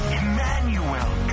emmanuel